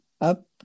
up